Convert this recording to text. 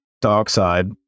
dioxide